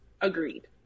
agreed